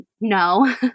no